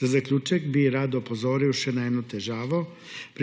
Za zaključek bi rad opozoril še na eno težavo.